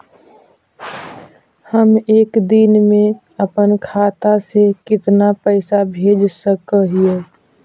हम एक दिन में अपन खाता से कितना पैसा भेज सक हिय?